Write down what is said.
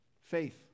faith